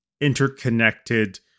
interconnected